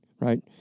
right